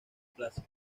plaza